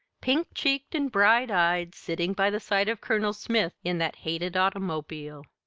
pink-cheeked and bright-eyed, sitting by the side of colonel smith in that hated automobile.